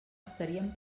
estaríem